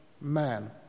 man